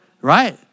right